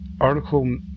article